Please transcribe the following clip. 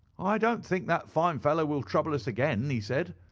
i don't think that fine fellow will trouble us again, he said.